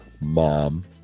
Mom